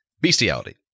bestiality